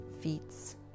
feats